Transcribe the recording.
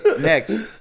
next